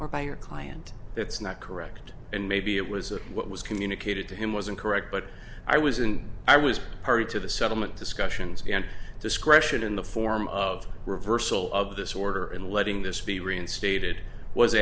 or by your client that's not correct and maybe it was a what was communicated to him wasn't correct but i was and i was party to the settlement discussions and discretion in the form of reversal of this order and letting this be reinstated was